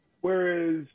Whereas